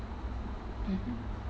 mmhmm